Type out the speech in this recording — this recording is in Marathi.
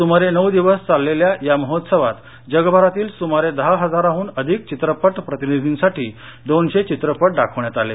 सुमारे नऊ दिवस चाललेल्या या महोत्सवात जगभरातील सुमारे दहा हजाराहून अधिक चित्रपट प्रतिनीधींसाठी दोनशे चित्रपट दाखवण्यात आले